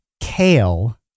kale